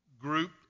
group